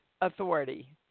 authority